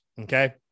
okay